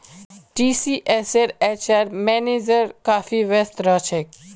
टीसीएसेर HR manager काफी व्यस्त रह छेक